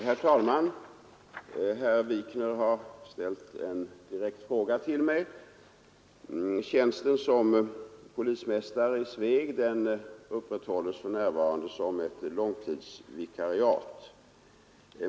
Herr talman! Herr Wikner ställde en direkt fråga till mig. Tjänsten som polismästare i Sveg upprätthålls för närvarande som ett långtidsvikariat.